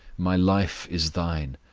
my life is thine!